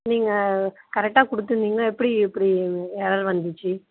நீங்கள் கரெக்ட்டா கொடுத்துருந்தீங்கன்னா எப்படி இப்படி எரர் வந்துச்சு